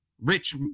rich